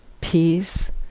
peace